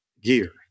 gear